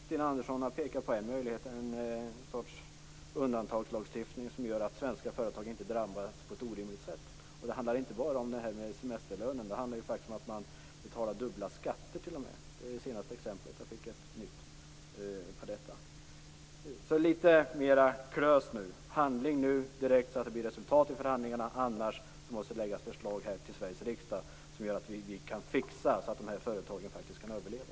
Sten Andersson har pekat på en möjlighet, en sorts undantagslagstiftning som gör att svenska företag inte drabbas på ett orimligt sätt. Det handlar inte bara om semesterlönen. Det handlar faktiskt om att betala dubbla skatter. Jag fick nu ett nytt exempel på detta. Litet mer klös nu! Handling nu, så att det blir resultat i förhandlingarna. Annars måste det läggas fram förslag till Sveriges riksdag så att det går att ordna så att företagen kan överleva.